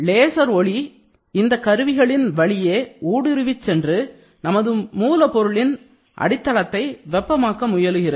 laser ஒளி இந்தக் கருவிகளின் வழியே ஊடுருவிச்சென்று நமது மூலப்பொருளின் அடித்தளத்தை வெப்பமாக முயலுகிறது